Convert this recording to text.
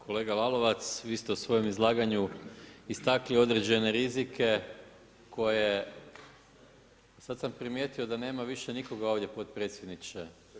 Kolega Lalovac, vi ste u svom izlaganju istakli određene rizike koje, sada sam primijetio da nema više nikoga ovdje potpredsjedniče.